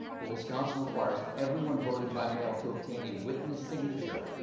but wisconsin requires everyone voting by mail to obtain a witness signature.